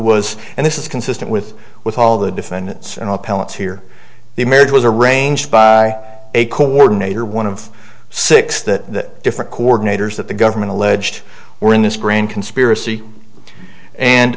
was and this is consistent with with all the defendants and all pelletier the marriage was arranged by a coordinator one of six that different coordinators that the government alleged were in this grand conspiracy and